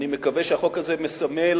אני מקווה שהחוק הזה מסמל